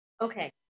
Okay